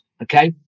Okay